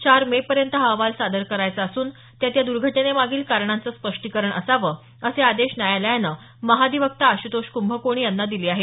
चार मे पर्यंत हा अहवाल सादर करायचा असून त्यात या दुर्घटनेमागील कारणांचं स्पष्टीकरण असावं असे आदेश न्यायालयानं महाधिवक्ता आशुतोष कृभकोणी यांना दिले आहेत